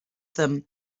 them